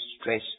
stress